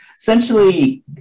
essentially